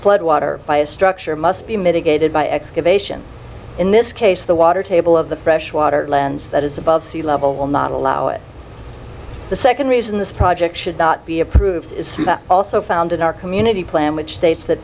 flood water by its structure must be mitigated by excavation in this case the water table of the fresh water plants that is above sea level will not allow it the second reason this project should not be approved is also found in our community plan which states that